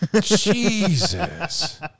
Jesus